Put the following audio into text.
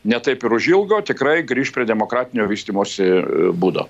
ne taip ir užilgo tikrai grįš prie demokratinio vystymosi būdo